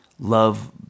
Love